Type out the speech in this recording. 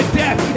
death